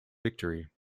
victory